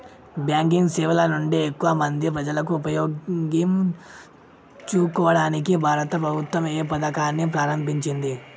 Banking సేవల నుండి ఎక్కువ మంది ప్రజలను ఉపయోగించుకోవడానికి భారత ప్రభుత్వం ఏ పథకాన్ని ప్రారంభించింది?